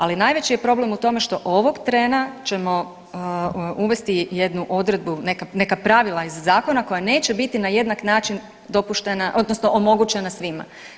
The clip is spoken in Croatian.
Ali najveći je problem u tome što ovog trena ćemo uvesti jednu odredbu, neka, neka pravila iz zakona koja neće biti na jednak način dopuštena odnosno omogućena svima.